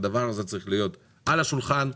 אלא צריך להיות על השולחן.